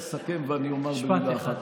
כן, אדוני היושב-ראש, אסכם ואומר במילה אחת.